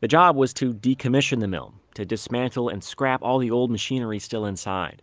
the job was to decommission the mill, to dismantle and scrap all the old machinery still inside